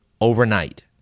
overnight